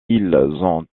ont